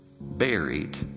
buried